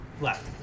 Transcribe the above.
Left